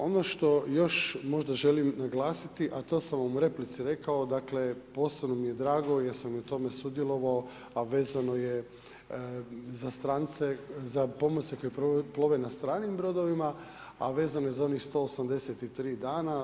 Ono što još možda želim naglasiti, a to sam u replici rekao, dakle posebno mi je drago jer sam u tome sudjelovao a vezano je za strance, za pomorce koji plove na stranim brodovima, a vezano je za onih 183 dana.